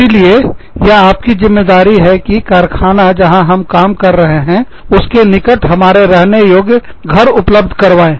इसीलिए यह आपकी ज़िम्मेदारी है कि कारखाना जहां हम काम कर रहे हैं उसके के निकट हमारे रहने योग्य घर उपलब्ध करवाए